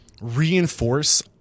reinforce